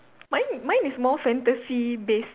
mine mine is more fantasy based